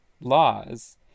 laws